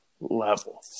level